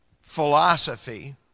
philosophy